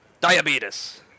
diabetes